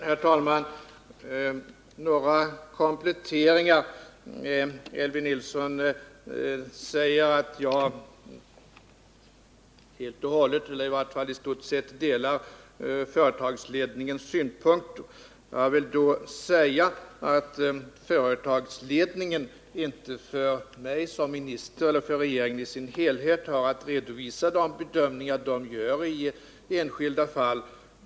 Herr talman! Jag skall göra några kompletteringar till mitt svar. Elvy Nilsson säger att jag helt och hållet eller i varje fall i långa stycken delar företagsledningens synpunkter. Jag vill till detta säga att företagsledningen inte vare sig för mig som minister eller för regeringen i dess helhet har att redovisa de bedömningar den gör i enskilda fall.